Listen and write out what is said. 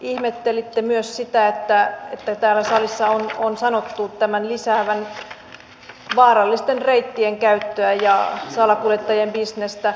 ihmettelitte myös sitä että täällä salissa on sanottu tämän lisäävän vaarallisten reittien käyttöä ja salakuljettajien bisnestä